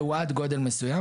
והוא עד גודל מסוים,